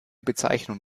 bezeichnung